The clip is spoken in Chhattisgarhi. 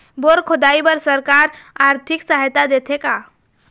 बोर खोदाई बर सरकार आरथिक सहायता देथे का?